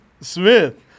Smith